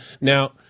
Now